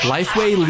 Lifeway